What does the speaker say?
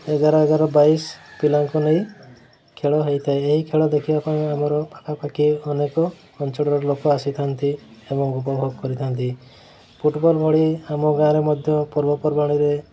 ଏଗାର ଏଗାର ବାଇଶି ପିଲାଙ୍କୁ ନେଇ ଖେଳ ହେଇଥାଏ ଏହି ଖେଳ ଦେଖିବା ପାଇଁ ଆମର ପାଖାପାଖି ଅନେକ ଅଞ୍ଚଳର ଲୋକ ଆସିଥାନ୍ତି ଏବଂ ଉପଭୋଗ କରିଥାନ୍ତି ଫୁଟବଲ୍ ଭଳି ଆମ ଗାଁରେ ମଧ୍ୟ ପର୍ବପର୍ବାଣିରେ